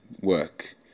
work